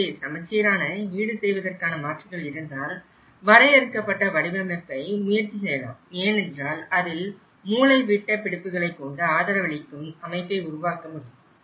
எனவே சமச்சீரான ஈடுசெய்வதற்கான மாற்றுகள் இருந்தால் வரையறுக்கப்பட்ட வடிவமைப்பை முயற்சி செய்யலாம் ஏனென்றால் அதில் மூலைவிட்ட பிடிப்புகளை கொண்டு ஆதரவு அளிக்கும் அமைப்பை உருவாக்க முடியும்